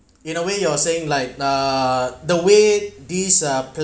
in a way you're saying like uh the way these uh